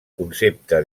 concepte